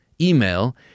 email